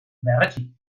berretsi